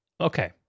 okay